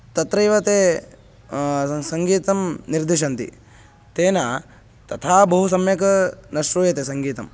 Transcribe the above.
तत्रैव ते सङ्गीतं निर्दिशन्ति तेन तथा बहु सम्यक् न श्रूयते सङ्गीतं